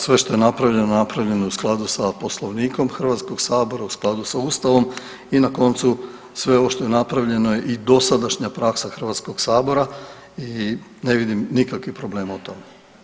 Sve što je napravljeno, napravljeno je u skladu sa Poslovnikom Hrvatskog sabora, u skladu sa Ustavom i na koncu sve ovo što je napravljeno i dosadašnja praksa Hrvatskog sabora i ne vidim nikakvih problema u tome.